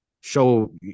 show